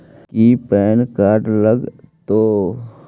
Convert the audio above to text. की PAN card लग तै?